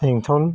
बेंटल